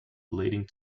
relating